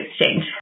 exchange